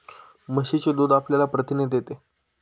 म्हशीचे दूध आपल्याला प्रथिने देते